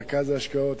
מרכז ההשקעות,